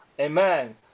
amen